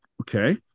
Okay